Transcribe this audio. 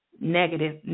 negative